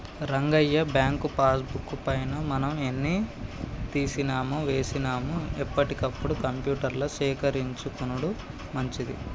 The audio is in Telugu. రంగయ్య బ్యాంకు పాస్ బుక్ పైన మనం ఎన్ని తీసినామో వేసినాము ఎప్పటికప్పుడు కంప్యూటర్ల సేకరించుకొనుడు మంచిది